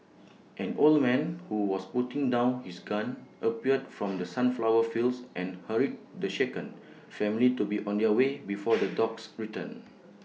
an old man who was putting down his gun appeared from the sunflower fields and hurried the shaken family to be on their way before the dogs return